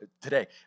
today